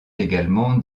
également